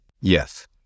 Yes